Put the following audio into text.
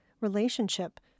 relationship